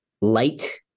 light